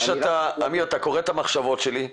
אמיר, אתה קורא את המחשבות שלי.